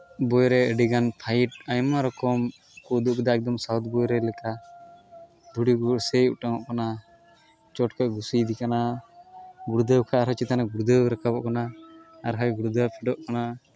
ᱵᱳᱭ ᱨᱮ ᱟᱹᱰᱤᱜᱟᱱ ᱯᱷᱟᱭᱤᱴ ᱟᱭᱢᱟ ᱨᱚᱠᱚᱢ ᱠᱚ ᱩᱫᱩᱜ ᱠᱮᱫᱟ ᱮᱠᱫᱚᱢ ᱥᱟᱣᱩᱛᱷ ᱵᱳᱭ ᱨᱮ ᱞᱮᱠᱟ ᱫᱷᱩᱲᱤ ᱠᱚ ᱥᱮᱹᱭ ᱚᱴᱟᱝᱚᱜ ᱠᱟᱱᱟ ᱪᱚᱴ ᱠᱷᱚᱡ ᱜᱷᱩᱥᱤᱭᱮᱫᱮ ᱠᱟᱱᱟ ᱜᱩᱲᱫᱷᱟᱹᱣ ᱠᱷᱚᱡ ᱟᱨᱚ ᱪᱮᱛᱟᱱᱮᱭ ᱜᱷᱩᱲᱫᱟᱹᱣ ᱨᱟᱠᱟᱵᱚᱜ ᱠᱟᱱᱟ ᱟᱨᱦᱚᱸᱭ ᱜᱷᱩᱲᱫᱟᱹᱣ ᱯᱷᱮᱰᱚᱜ ᱠᱟᱱᱟ